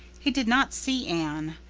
he did not see anne.